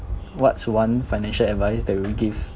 what's one financial advice that will you give